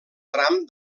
tram